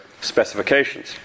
specifications